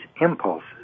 impulses